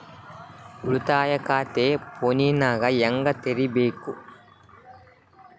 ಉಳಿತಾಯ ಖಾತೆ ಫೋನಿನಾಗ ಹೆಂಗ ತೆರಿಬೇಕು?